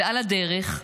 ועל הדרך,